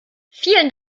vielen